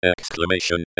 Exclamation